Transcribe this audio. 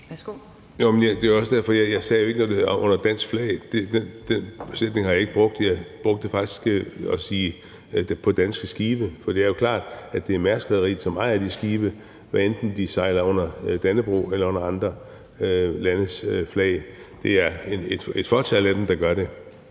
(DF): Det var også derfor, jeg ikke sagde, det var under dansk flag. Den sætning har jeg ikke brugt her. Jeg brugte faktisk ordene på danske skibe, for det er jo klart, at det er Mærskrederiet, som ejer de skibe, hvad enten de sejler under Dannebrog eller under andre landes flag. Det er et fåtal af dem, der gør det.